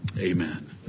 Amen